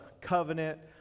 covenant